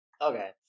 Okay